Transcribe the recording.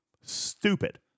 stupid